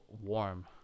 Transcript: warm